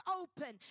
open